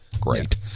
Great